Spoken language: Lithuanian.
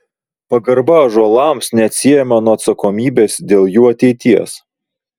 pagarba ąžuolams neatsiejama nuo atsakomybės dėl jų ateities